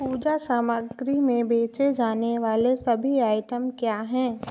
पूजा सामग्री में बेचे जाने वाले सभी आइटम क्या हैं